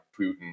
Putin